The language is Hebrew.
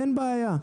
אין בעיה.